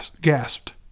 gasped